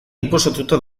inposatuta